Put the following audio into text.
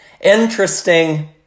interesting